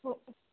हो